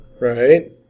Right